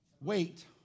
wait